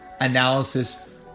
analysis